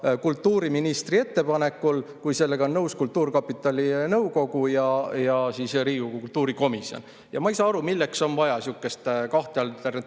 kultuuriministri ettepanekul, kui sellega on nõus kultuurkapitali nõukogu ja Riigikogu kultuurikomisjon. Ma ei saa aru, milleks on vaja ühe nimekirja